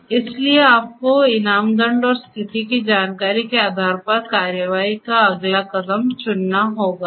तो इसलिए आपको इनाम दंड और स्थिति की जानकारी के आधार पर कार्रवाई का अगला कदम चुनना होगा